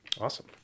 Awesome